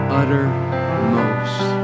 uttermost